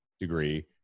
degree